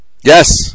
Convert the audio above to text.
Yes